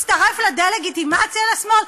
ואתה מצטרף לדה-לגיטימציה לשמאל?